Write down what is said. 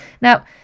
Now